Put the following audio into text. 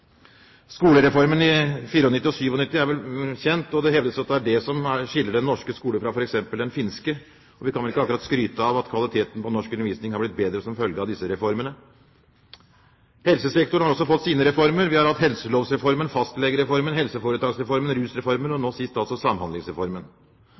i 1994 og 1997 er vel kjent, og det hevdes at det er det som skiller norsk skole fra f.eks. den finske. Vi kan vel ikke akkurat skryte av at kvaliteten på norsk undervisning har blitt bedre som følge av disse reformene. Helsesektoren har også fått sine reformer. Vi har hatt helselovreformen, fastlegereformen, helseforetaksreformen, rusreformen og